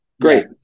great